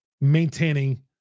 maintaining